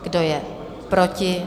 Kdo je proti?